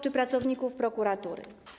czy pracowników prokuratury.